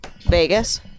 Vegas